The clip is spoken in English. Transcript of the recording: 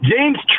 James